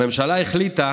הממשלה החליטה